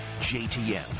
jtm